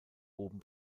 oben